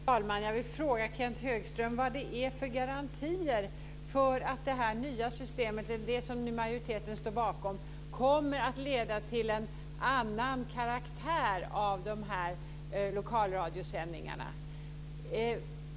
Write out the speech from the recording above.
Fru talman! Jag vill fråga Kenth Högström vad det finns för garantier för att det nya systemet, som majoriteten står bakom, kommer att leda till en annan karaktär av lokalradiosändningarna.